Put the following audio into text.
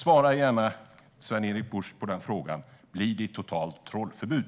Svara gärna på frågan, Sven-Erik Bucht: Blir det ett totalt trålförbud?